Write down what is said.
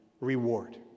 reward